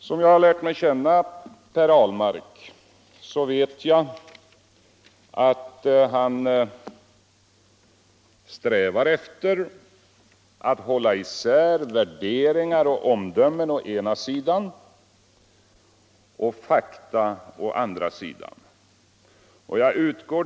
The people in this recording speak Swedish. Som jag har lärt känna Per Ahlmark strävar han efter att hålla isär värderingar och omdömen å ena sidan och fakta å andra sidan.